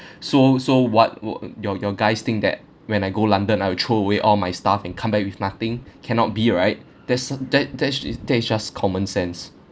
so so what were your your guys think that when I go london I will throw away all my stuff and come back with nothing cannot be right that's a that that's just that is just common sense